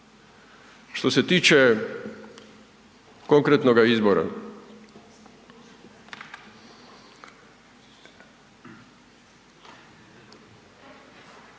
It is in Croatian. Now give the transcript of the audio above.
Što se tiče konkretnoga izbora,